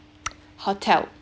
hotel